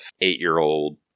eight-year-old